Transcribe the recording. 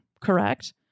correct